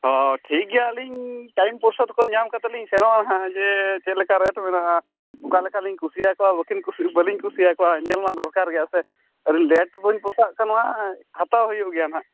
ᱚᱻ ᱴᱷᱤᱠ ᱜᱮᱭᱟ ᱟᱹᱞᱤᱧ ᱛᱟᱭᱚᱢ ᱯᱚᱨᱥᱚᱵᱽᱠᱚ ᱧᱟᱢ ᱠᱟᱛᱮᱫᱞᱤᱧ ᱥᱮᱱᱚᱜᱼᱟ ᱱᱟᱦᱟᱜ ᱡᱮ ᱪᱮᱫᱞᱮᱠᱟ ᱨᱮᱹᱴ ᱢᱮᱱᱟᱜᱼᱟ ᱚᱠᱟ ᱞᱮᱠᱟᱞᱤᱧ ᱠᱩᱥᱤᱭᱟᱠᱚᱣᱟ ᱵᱟᱞᱤᱧ ᱠᱩᱥᱤᱭᱟᱠᱚᱣᱟ ᱧᱮᱞ ᱢᱟ ᱫᱚᱨᱠᱟᱨ ᱜᱮᱭᱟ ᱥᱮ ᱟᱹᱞᱤᱧ ᱨᱮᱹᱴ ᱵᱟᱹᱧ ᱯᱚᱥᱟᱣᱚᱜ ᱠᱷᱟᱱ ᱢᱟ ᱦᱟᱛᱟᱣ ᱦᱩᱭᱩᱜ ᱜᱮᱭᱟ ᱱᱟᱦᱟᱜ